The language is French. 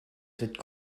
cette